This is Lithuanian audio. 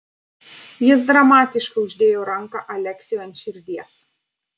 jis dramatiškai uždėjo ranką aleksiui ant širdies